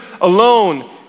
alone